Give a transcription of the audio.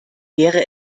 wäre